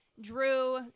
Drew